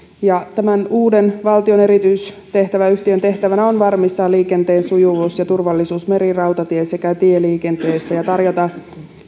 ja tämän uuden valtion erityistehtäväyhtiön tehtävänä on varmistaa liikenteen sujuvuus ja turvallisuus meri rautatie sekä tieliikenteessä ja tarjota